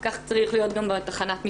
כך צריך להיות גם בתחנת משטרה.